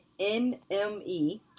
NME